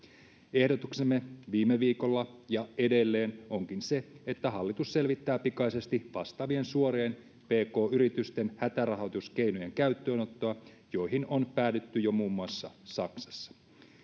ehdotuksemme viime viikolla ja edelleen onkin se että hallitus selvittää pikaisesti vastaavien suorien pk yritysten hätärahoituskeinojen käyttöönottoa joihin on päädytty jo muun muassa saksassa